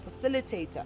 facilitator